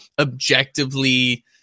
objectively